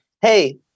hey